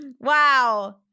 Wow